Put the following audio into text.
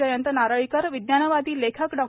जयंत नारळीकर विज्ञानवादी लेखक डॉ